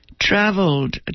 traveled